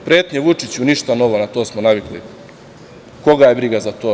Pretnje Vučiću, ništa novo, na to smo navikli, koga je briga za to.